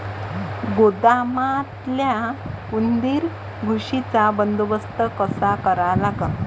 गोदामातल्या उंदीर, घुशीचा बंदोबस्त कसा करा लागन?